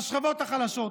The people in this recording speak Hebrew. לשכבות החלשות,